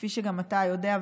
כפי שגם אתה יודע,